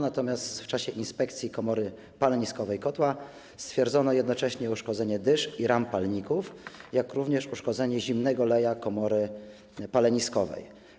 Natomiast w czasie inspekcji komory paleniskowej kotła stwierdzono jednocześnie uszkodzenie dysz i ram palników, jak również uszkodzenie zimnego leja komory paleniskowej.